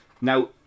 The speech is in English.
Now